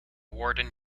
warden